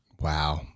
Wow